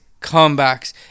comebacks